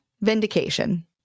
Vindication